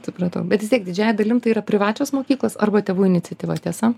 supratau bet vis tiek didžiąja dalim tai yra privačios mokyklos arba tėvų iniciatyva tiesa